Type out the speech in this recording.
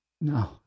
No